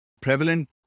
prevalent